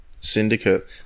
Syndicate